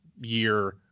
year